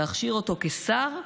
להכשיר אותו כשר.